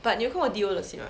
but 你有看过 D_O 的戏 mah